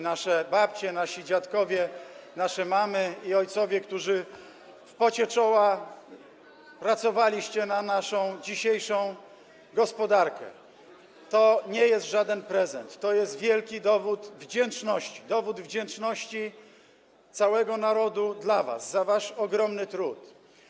Nasze babcie, nasi dziadkowie, nasze mamy i ojcowie, którzy pocie czoła pracowaliście na naszą dzisiejszą gospodarkę, to nie jest żaden prezent, to jest wielki dowód wdzięczności całego narodu dla was za wasz ogromny trud.